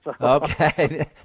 Okay